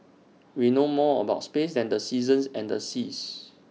we know more about space than the seasons and the seas